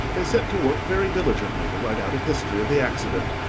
they set to work very diligently to write out a history of the accident,